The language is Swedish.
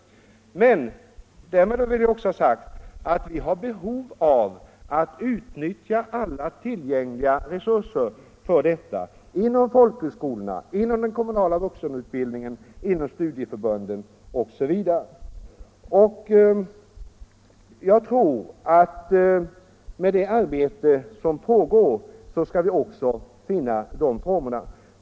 — Arbetsmarknadsut Därmed vill jag också ha sagt att vi har behov av att utnyttja alla till — bildningen gängliga resurser för detta — inom folkhögskolorna, inom den kommunala vuxenutbildningen, inom studieförbunden osv. Jag tror att med det arbete som pågår skall vi också finna de lämpliga formerna.